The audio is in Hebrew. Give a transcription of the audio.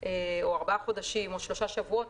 או של ארבעה חודשים או של שלושה שבועות,